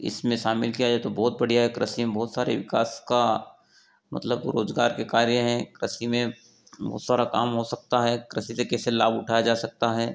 इसमें शामिल किया जाए तो बहुत बढ़िया कृषि में बहुत सारे विकास का मतलब रोजगार के कार्य हैं कृषि में बहुत सारा काम हो सकता है कृषि से कैसे लाभ उठाया जा सकता है